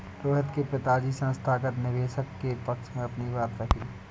रोहित के पिताजी संस्थागत निवेशक के पक्ष में अपनी बात रखी